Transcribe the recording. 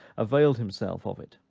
availed himself of it.